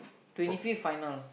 twenty fifth final